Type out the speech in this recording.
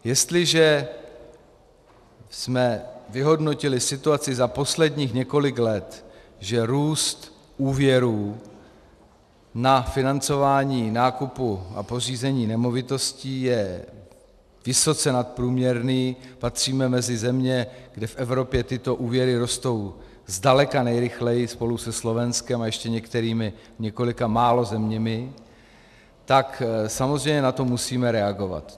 Jestliže jsme vyhodnotili situaci za posledních několik let, že růst úvěrů na financování nákupu a pořízení nemovitostí je vysoce nadprůměrný, patříme mezi země, kde v Evropě tyto úvěry rostou zdaleka nejrychleji spolu se Slovenskem a ještě několika málo zeměmi, tak samozřejmě na to musíme reagovat.